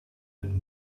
and